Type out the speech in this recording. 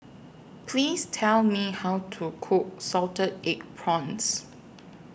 Please Tell Me How to Cook Salted Egg Prawns